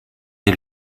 est